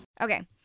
Okay